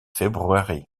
februari